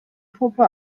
puppe